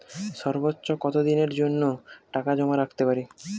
সর্বোচ্চ কত দিনের জন্য টাকা জমা রাখতে পারি?